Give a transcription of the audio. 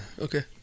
Okay